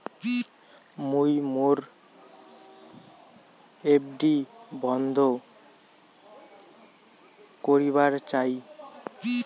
মুই মোর এফ.ডি বন্ধ করিবার চাই